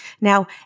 Now